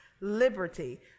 liberty